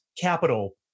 capital